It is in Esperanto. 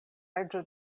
reĝo